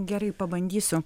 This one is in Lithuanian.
gerai pabandysiu